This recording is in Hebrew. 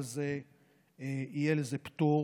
אבל יהיה לזה פטור